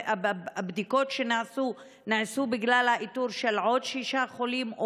הבדיקות שנעשו נעשו בגלל איתור של עוד שישה חולים?